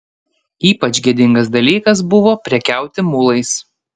ypač gėdingas dalykas buvo prekiauti mulais